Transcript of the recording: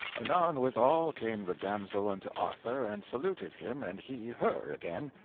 anon withal came the damsel unto arthur and saluted him, and he her again.